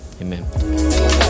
amen